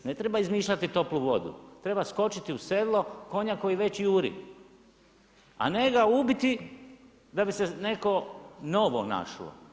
Ne treba izmišljati toplu vodu, treba skočiti u sedlo konja koji već juri a ne ga ubiti da bi se neko novo našlo.